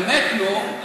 באמת, נו.